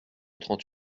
trente